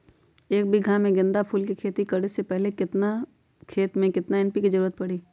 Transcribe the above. एक बीघा में गेंदा फूल के खेती करे से पहले केतना खेत में केतना एन.पी.के के जरूरत परी?